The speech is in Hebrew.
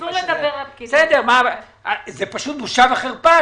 זו פשוט בושה וחרפה.